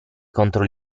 contro